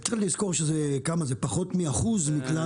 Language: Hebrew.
צריך לזכור שזה פחות מאחוז מכלל